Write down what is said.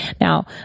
Now